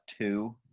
two